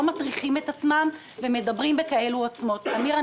מטריחים את עצמם ולא מדברים בכאלה עוצמות אמיר,